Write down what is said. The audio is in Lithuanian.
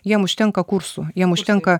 jiem užtenka kursų jiem užtenka